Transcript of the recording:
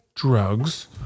Drugs